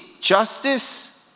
justice